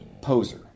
Poser